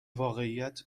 واقعیت